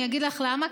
אני אגיד לך למה,